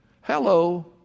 Hello